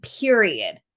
period